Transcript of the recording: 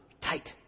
tight